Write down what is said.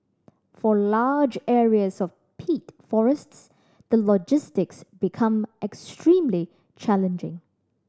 for large areas of peat forests the logistics become extremely challenging